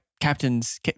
captain's